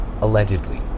allegedly